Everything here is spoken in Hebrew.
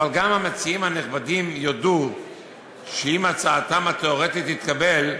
אבל גם המציעים הנכבדים יודו שאם הצעתם התיאורטית תתקבל,